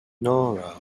nora